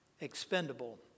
expendable